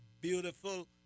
Beautiful